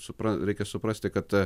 supra reikia suprasti kad